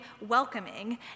welcoming